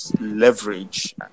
leverage